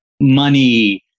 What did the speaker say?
Money